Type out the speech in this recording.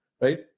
right